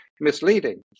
misleading